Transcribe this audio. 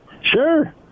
Sure